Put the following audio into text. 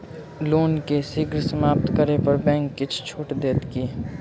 loan केँ शीघ्र समाप्त करै पर बैंक किछ छुट देत की